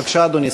בבקשה, אדוני.